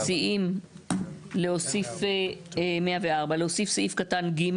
אנחנו מציעים להוסיף סעיף קטן (ג)